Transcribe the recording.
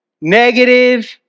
negative